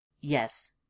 Yes